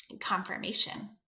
confirmation